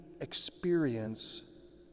experience